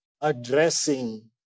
addressing